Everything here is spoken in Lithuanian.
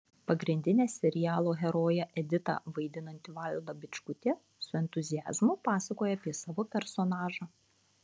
pagrindinę serialo heroję editą vaidinanti valda bičkutė su entuziazmu pasakoja apie savo personažą